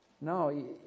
No